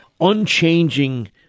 unchanging